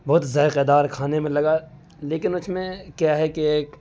بہت ذائقے دار کھانے میں لگا لیکن اس میں کیا ہے کہ ایک